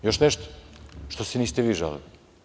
Još nešto – što se niste vi žalili?